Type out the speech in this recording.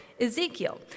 Ezekiel